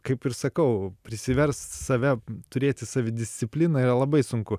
kaip ir sakau prisiverst save turėti savidiscipliną yra labai sunku